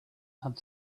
had